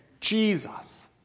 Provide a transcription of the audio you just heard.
Jesus